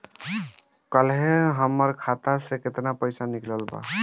काल्हे हमार खाता से केतना पैसा निकलल बा?